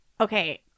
Okay